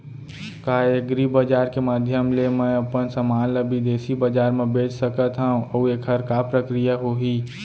का एग्रीबजार के माधयम ले मैं अपन समान ला बिदेसी बजार मा बेच सकत हव अऊ एखर का प्रक्रिया होही?